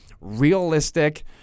realistic